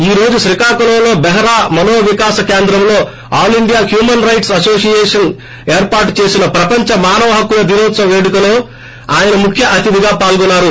ఈ రోజు శ్రీకాకుళంలో బెహరా మనోవికాస కేంద్రంలో all India human rights association ఏర్పాటు చేసిన ప్రపంచ మానవ హక్కుల దినోత్సవ పేడుకల్లో ఆయన ముఖ్య అతిథిగా పాల్గొన్సారు